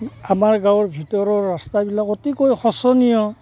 আমাৰ গাঁৱৰ ভিতৰৰ ৰাস্তাবিলাক অতিকৈ শোচনীয়